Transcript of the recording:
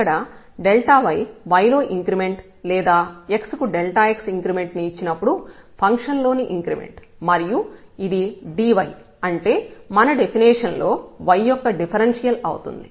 ఇక్కడ y y లో increment లేదా x కు x ఇంక్రిమెంట్ ని ఇచ్చినప్పుడు ఫంక్షన్ లోని ఇంక్రిమెంట్ మరియు ఇది dy అంటే మన డెఫినిషన్ లో y యొక్క డిఫరెన్షియల్ అవుతుంది